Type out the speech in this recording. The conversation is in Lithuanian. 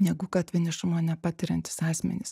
negu kad vienišumo nepatiriantys asmenys